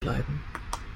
bleiben